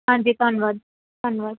ਹਾਂਜੀ ਧੰਨਵਾਦ ਧੰਨਵਾਦ